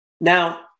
Now